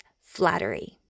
flattery